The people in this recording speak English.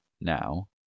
now